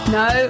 no